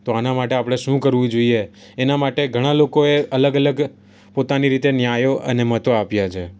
તો આના માટે આપણે શું કરવું જોઈએ એના માટે ઘણાં લોકોએ અલગ અલગ પોતાની રીતે ન્યાયો અને મતો આપ્યા છે